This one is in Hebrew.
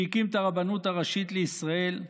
שהקים את הרבנות הראשית לישראל,